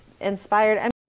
inspired